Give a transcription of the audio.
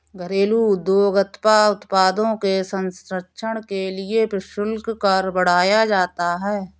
घरेलू उद्योग अथवा उत्पादों के संरक्षण के लिए प्रशुल्क कर बढ़ाया जाता है